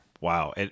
Wow